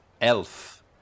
elf